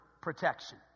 protection